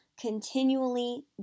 continually